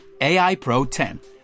AIPRO10